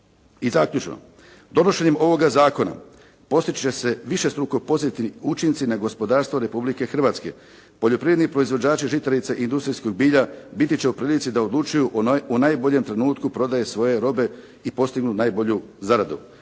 I zaključno, donošenjem ovoga zakona postići će se višestruko pozitivni učinci na gospodarstvo Republike Hrvatske, poljoprivredni proizvođači žitarica i industrijskog bilja biti će u prilici da odlučuju o najboljem trenutku prodaje svoje robe i postignu najbolju zaradu.